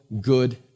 good